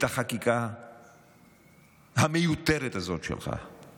החקיקה המיותרת הזאת שלך.